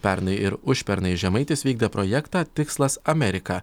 pernai ir užpernai žemaitis vykdė projektą tikslas amerika